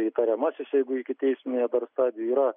įtariamasis jeigu ikiteisminėje dar stadijoje yra